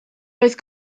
oedd